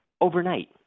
overnight